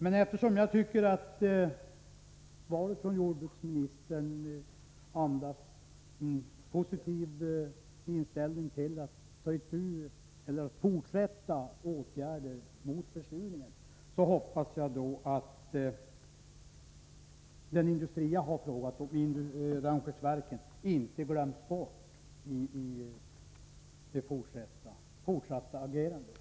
Men eftersom svaret tyder på en positiv inställning till fortsatta åtgärder mot försurningen hoppas jag att den industri jag har frågat om, Rönnskärsverken, inte glöms bort i det fortsatta agerandet.